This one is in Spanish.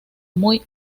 muy